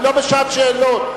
אני לא בשעת שאלות,